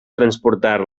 transportar